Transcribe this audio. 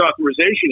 Authorization